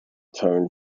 tone